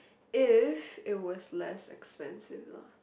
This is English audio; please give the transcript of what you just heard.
if it was less expensive lah